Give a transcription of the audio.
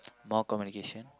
more communication